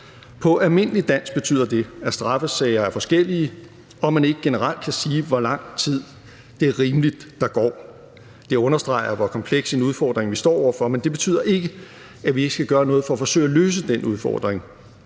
På almindeligt dansk betyder det, at straffesager er forskellige, og at man ikke generelt kan sige, hvor lang tid det er rimeligt der går. Det understreger, hvor kompleks en udfordring vi står over for, men det betyder ikke, at vi ikke skal gøre noget for at forsøge at løse den udfordring.